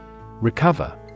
Recover